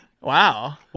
Wow